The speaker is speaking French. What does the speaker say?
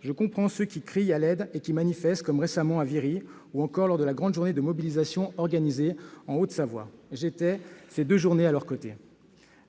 Je comprends ceux qui crient à l'aide et manifestent, comme récemment à Viry ou lors de la grande journée de mobilisation organisée en Haute-Savoie. J'étais, durant ces deux journées, à leurs côtés.